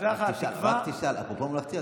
אפרופו ממלכתי,